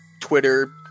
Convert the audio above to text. Twitter